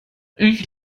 ich